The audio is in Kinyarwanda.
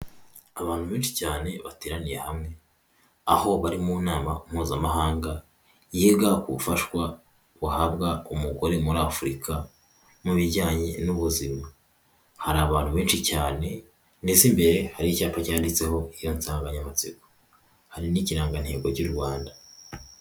Abantu benshi cyane bateraniye hamwe, aho bari mu nama mpuzamahanga yiga ubufashasha buhabwa umugore muri Afurika mu bijyanye n'ubuzima, hari abantu benshi cyane, imbere hari icyapa cyanditseho insanganyamatsiko, hari n'ikirangantego cy'u Rwanda.